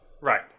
Right